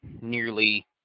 nearly